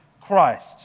Christ